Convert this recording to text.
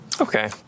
Okay